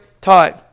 time